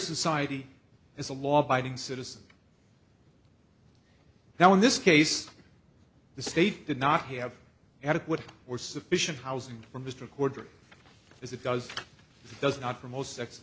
society as a law abiding citizen now in this case the state did not have adequate or sufficient housing for mr cordray as it does does not for most sex